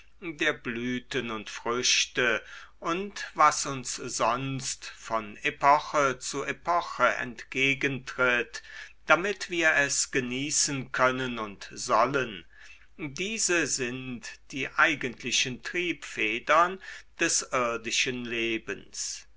der blüten und früchte und was uns sonst von epoche zu epoche entgegentritt damit wir es genießen können und sollen diese sind die eigentlichen triebfedern des irdischen lebens